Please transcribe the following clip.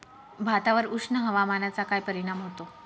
भातावर उष्ण हवामानाचा काय परिणाम होतो?